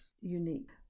unique